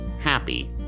happy